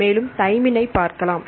மேலும் நாம் தைமின் ஐப் பார்க்கலாம்